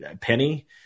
Penny